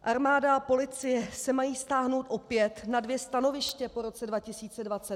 Armáda a policie se mají stáhnout opět na dvě stanoviště po roce 2020.